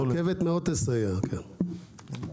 הרכבת מאוד תסייע כאן.